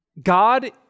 God